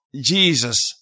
Jesus